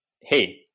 Hey